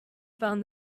found